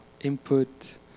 input